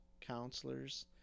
counselors